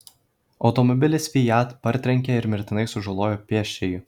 automobilis fiat partrenkė ir mirtinai sužalojo pėsčiąjį